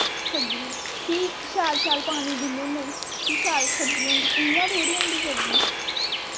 सब्जियें फ्ही शैलशैल पानी दिन्ने होन्ने की शैल सब्जी होंदा इयां थोहड़े नी होंदी सब्जी